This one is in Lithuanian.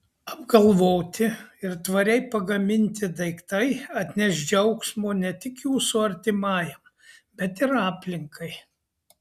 apgalvoti ir tvariai pagaminti daiktai atneš džiaugsmo ne tik jūsų artimajam bet ir aplinkai